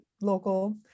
local